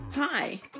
Hi